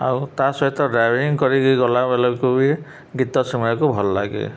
ଆଉ ତା ସହିତ ଡ୍ରାଇଭିଂ କରିକି ଗଲାବେଳକୁ ବି ଗୀତ ଶୁଣିବାକୁ ଭଲ ଲାଗେ